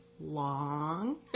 long